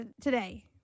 today